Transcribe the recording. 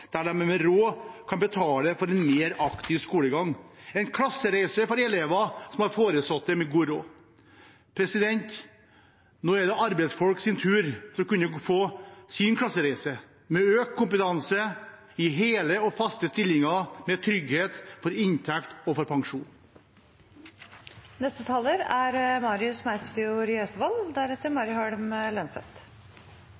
der de som har råd, kan betale for en mer aktiv skolegang. Det er en klassereise for elever som har foresatte med god råd. Nå er det arbeidsfolks tur til å kunne få sin klassereise – med økt kompetanse, hele og faste stillinger og trygghet for inntekt og